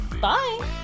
Bye